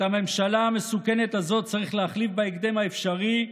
את הממשלה המסוכנת הזאת צריך להחליף בהקדם האפשרי,